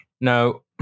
No